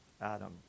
Adam